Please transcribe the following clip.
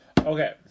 Okay